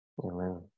Amen